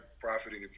profiting